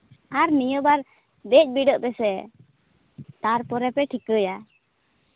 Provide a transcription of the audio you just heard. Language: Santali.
ᱟᱨ ᱱᱤᱭᱟᱹᱵᱟᱨ ᱫᱮᱡ ᱵᱤᱰᱟᱹᱜ ᱯᱮᱥᱮ ᱛᱟᱨᱯᱚᱨᱮ ᱯᱮ ᱴᱷᱤᱠᱟᱹᱭᱟ